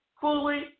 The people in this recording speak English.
fully